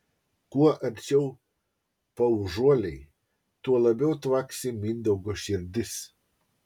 kuo arčiau paužuoliai tuo labiau tvaksi mindaugo širdis